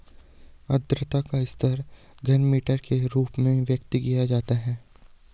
आद्रता का स्तर घनमीटर के रूप में व्यक्त किया जाता है